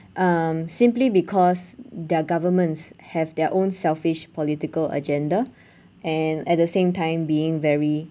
um simply because their governments have their own selfish political agenda and at the same time being very